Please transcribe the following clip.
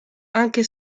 anche